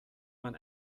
man